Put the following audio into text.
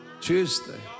Tuesday